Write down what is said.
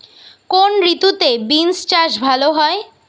কোন ঋতুতে বিন্স চাষ ভালো হয়?